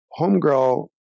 Homegirl